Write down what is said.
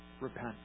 Repent